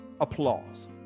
applause